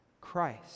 Christ